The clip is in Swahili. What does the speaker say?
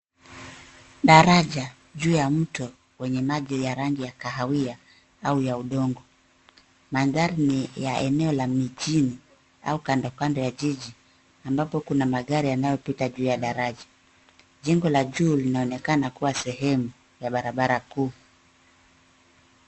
Daraja, juu ya mto, wenye maji ya rangi ya kahawia au ya udongo. Mandhari ni ya eneo la mijini au kando kando ya jiji ambapo kuna magari yanayopita juu ya daraja. Jengo la juu linaonekana kuwa sehemu ya barabara kuu.